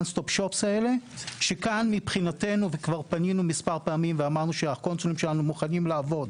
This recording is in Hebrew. Stop Shop כבר פנינו מספר פעמים ואמרנו שהקונסולים שלנו מוכנים לעבוד